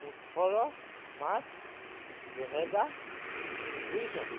ওঠৰ মাৰ্চ দুহেজাৰ দুই চন